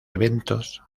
eventos